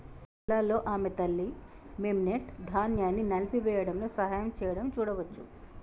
పొలాల్లో ఆమె తల్లి, మెమ్నెట్, ధాన్యాన్ని నలిపివేయడంలో సహాయం చేయడం చూడవచ్చు